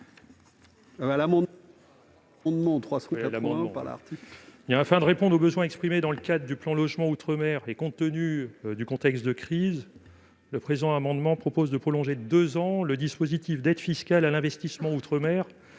parole est à M. Thierry Cozic. Afin de répondre aux besoins exprimés dans le cadre du plan Logement outre-mer et compte tenu du contexte de crise, le présent amendement vise à prolonger de deux ans le dispositif d'aide fiscale à l'investissement outre-mer